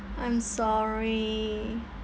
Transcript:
I'm sorry